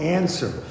answer